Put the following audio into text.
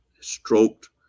stroked